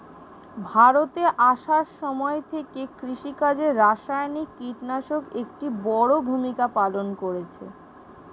ভারতে আসার সময় থেকে কৃষিকাজে রাসায়নিক কিটনাশক একটি বড়ো ভূমিকা পালন করেছে